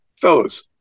Fellas